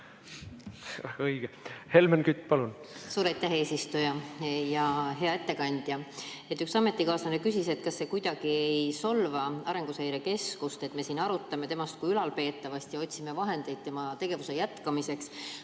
Helmen Kütt, palun!